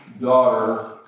daughter